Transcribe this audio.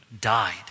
died